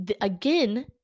again